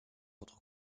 votre